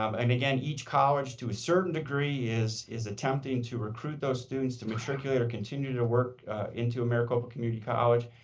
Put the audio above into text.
um and again, each college to a certain degree is is attempting to recruit those students to matriculate or continue to work into a maricopa community college.